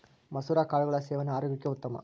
ಮಸುರ ಕಾಳುಗಳ ಸೇವನೆ ಆರೋಗ್ಯಕ್ಕೆ ಉತ್ತಮ